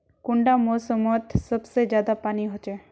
कुंडा मोसमोत सबसे ज्यादा पानी होचे?